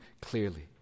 clearly